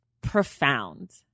profound